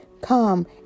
come